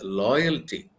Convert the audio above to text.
loyalty